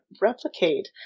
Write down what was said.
replicate